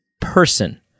person